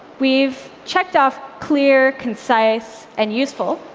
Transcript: we've checked off clear, concise, and useful,